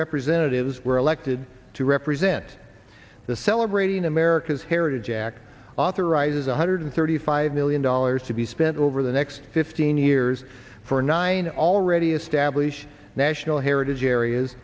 representatives were elected to represent the celebrating america's heritage act authorizes one hundred thirty five million dollars to be spent over the next fifteen years for nine already established national heritage areas